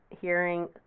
hearing